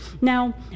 Now